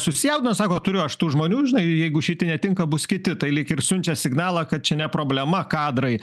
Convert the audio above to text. susijaudino sako turiu aš tų žmonių žinai jeigu šiti netinka bus kiti tai lyg ir siunčia signalą kad čia ne problema kadrai